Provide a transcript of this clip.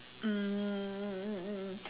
mm